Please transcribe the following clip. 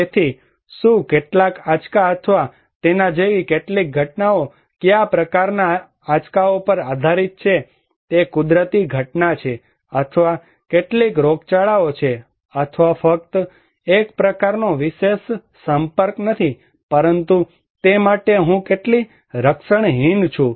તેથી શું કેટલાક આંચક અથવા તેના જેવી કેટલીક ઘટનાઓ કયા પ્રકારનાં આંચકાઓ પર આધારીત છે તે કુદરતી ઘટના છે અથવા કેટલીક રોગચાળાઓ છે અથવા ફક્ત એક પ્રકારનો વિશેષ સંપર્ક નથી પરંતુ તે માટે હું કેટલી રક્ષણહીન છું